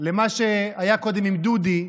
למה שהיה קודם עם דודי.